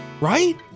right